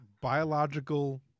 biological